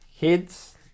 Heads